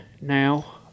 now